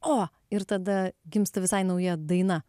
o ir tada gimsta visai nauja daina